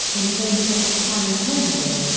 in a game against san antonio.